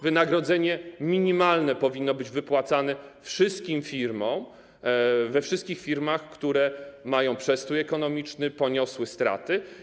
Wynagrodzenie minimalne powinno być wypłacane we wszystkich firmach, które mają przestój ekonomiczny, poniosły straty.